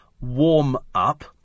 warm-up